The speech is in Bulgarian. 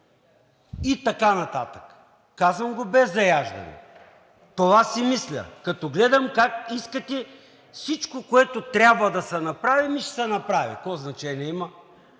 и така нататък. Казвам го без заяждане. Това си мисля, като гледам как искате всичко, което трябва да се направи – ми ще се направи. Какво значение има